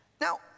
Now